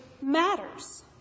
matters